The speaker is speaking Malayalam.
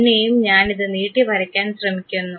പിന്നെയും ഞാൻ ഇത് നീട്ടിവരയ്ക്കാൻ ശ്രമിക്കുന്നു